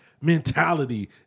mentality